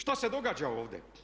Što se događa ovdje?